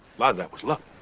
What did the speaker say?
lot of that was luck.